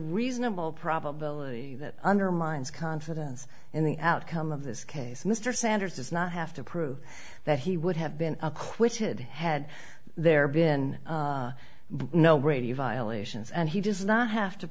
reasonable probability that undermines confidence in the outcome of this case mr sanders does not have to prove that he would have been acquitted had there been no brady violations and he does not have to